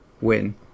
win